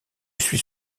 suis